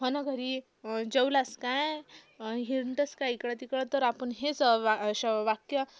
हो ना घरी जेवलास काय हिंडतोस काय इकडं तिकडं तर आपण हेच वा श वाक्य